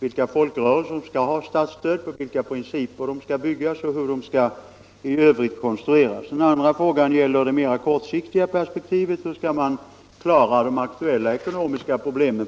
vilka folkrörelser som skall få statens stöd, på vilka principer det skall byggas och hur det skall konstrueras. För det andra har vi det mera kortsiktiga perspektivet, hur man skall klara de aktuella ekonomiska problemen.